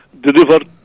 delivered